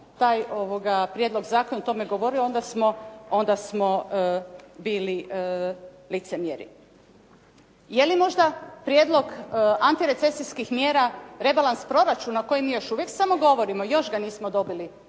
taj prijedlog zakona o tome govorio onda smo bili licemjeri. Je li možda prijedlog antirecesijskih mjera rebalans proračuna o kojem mi još uvijek samo govorimo, još ga nismo dobili